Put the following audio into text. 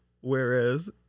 Whereas